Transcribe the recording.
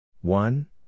One